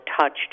touched